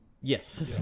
Yes